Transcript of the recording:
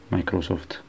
Microsoft